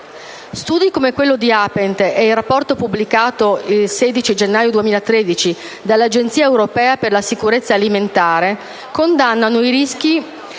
Studi come quello del progetto APENT e il rapporto pubblicato, il 16 gennaio 2013, dall'Agenzia europea per la sicurezza alimentare, condannano i rischi